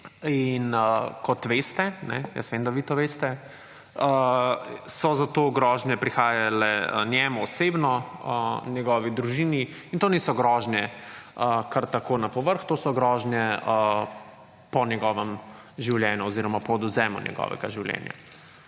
in kot veste, jaz vem, da vi to veste, so za to grožnje prihajale njemu osebno, njegovi družini in to niso grožnje kar tako na povrh, to so grožnje po njegovem življenju oziroma po odvzemu njegovega življenja.